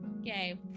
Okay